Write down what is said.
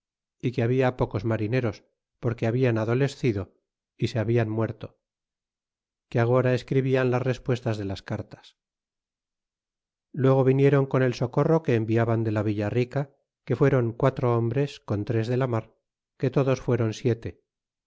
é que habia pocos marineros porque habian adolescido y se habian muerto y que agora escribian las respuestas de las cartas y luego vinieron con el socorro que enviaban de la villa rica que fueron quatro hombres con tres de la mar que todos furon siete